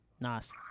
Nice